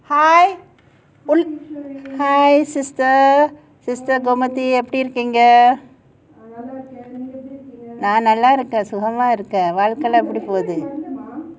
hi hi sister sister gomathi எப்படி இருகீங்க நான் நல்லா இருக்கேன் சுகமா இருக்கேன் வாழ்கைலாம் எப்டி போகுது:eppadi irukeenga naan nallaa irukken sugama irukken vaalakailaam epdi poguthu